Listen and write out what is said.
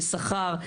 בשכר,